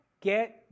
get